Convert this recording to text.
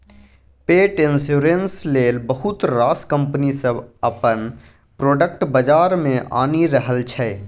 पेट इन्स्योरेन्स लेल बहुत रास कंपनी सब अपन प्रोडक्ट बजार मे आनि रहल छै